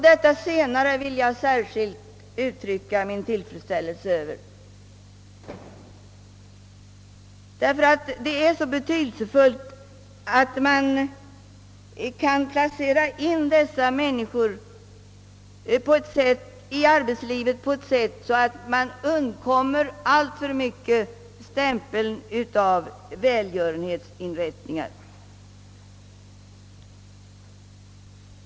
Detta senare vill jag särskilt uttrycka min tillfredsställelse över, eftersom jag anser det vara be tydelsefullt att kunna placera in dessa människor i arbetslivet på ett sådant sätt, att deras arbetsplatser undgår att alltför mycket få prägeln av välgörenhetsinrättningar.